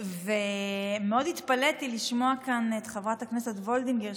מאוד התפלאתי לשמוע כאן את חברת הכנסת וולדיגר,